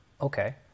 okay